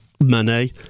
Money